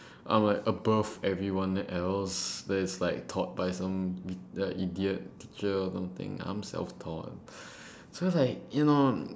I'm like above everyone else that is like taught by some idiot teacher or something I'm self taught so like you know I was like